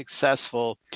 successful